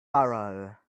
furrow